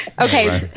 Okay